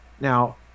now